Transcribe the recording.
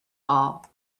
all